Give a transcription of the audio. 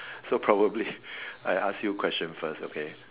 so probably I ask you question first okay